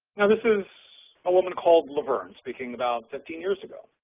now this is a woman called laverne, speaking about fifteen years ago